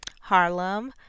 Harlem